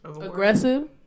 aggressive